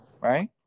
right